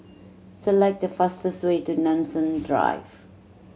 select the fastest way to Nanson Drive